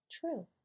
True